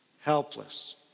helpless